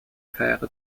fähre